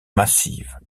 massive